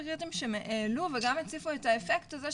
קריטיים שהם העלו וגם הציפו את האפקט הזה,